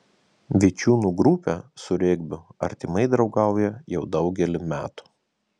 vičiūnų grupė su regbiu artimai draugauja jau daugelį metų